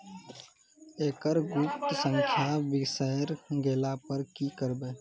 एकरऽ गुप्त संख्या बिसैर गेला पर की करवै?